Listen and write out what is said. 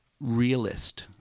realist